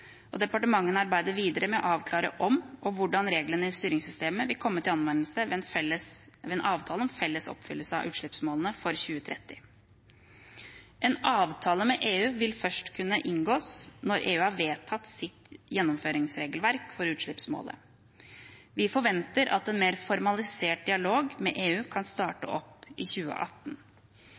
og rapportering av klimagassutslipp. Departementene arbeider videre med å avklare om og hvordan reglene i styringssystemet vil komme til anvendelse ved en avtale om felles oppfyllelse av utslippsmålet for 2030. En avtale med EU vil først kunne inngås når EU har vedtatt sitt gjennomføringsregelverk for utslippsmålet. Vi forventer at en mer formalisert dialog med EU kan starte opp i 2018.